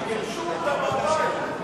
כי גירשו אותם מהבית.